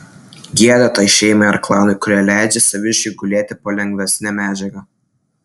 gėda tai šeimai ar klanui kurie leidžia saviškiui gulėti po lengvesne medžiaga